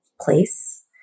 place